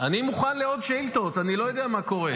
אני מוכן לעוד שאילתות, אני לא יודע מה קורה.